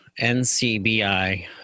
NCBI